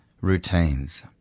routines